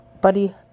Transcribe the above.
Buddy